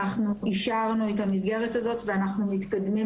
אנחנו אישרנו את המסגרת הזאת ואנחנו מתקדמים